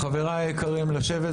חברים, אנחנו חוזרים לדיון,